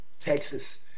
Texas